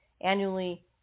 annually